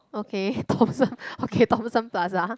okay Thompson okay Thompson Plaza